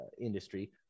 industry